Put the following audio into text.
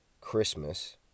Christmas